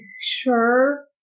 sure